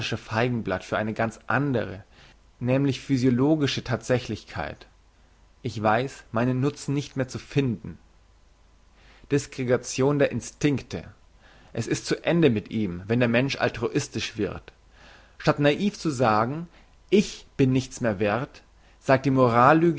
feigenblatt für eine ganz andere nämlich physiologische thatsächlichkeit ich weiss meinen nutzen nicht mehr zu finden disgregation der instinkte es ist zu ende mit ihm wenn der mensch altruistisch wird statt naiv zu sagen ich bin nichts mehr werth sagt die moral